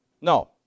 No